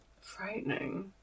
Frightening